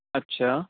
اچھا